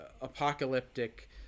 apocalyptic